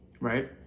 Right